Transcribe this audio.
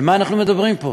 על מה אנחנו מדברים פה?